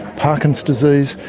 parkinson's disease,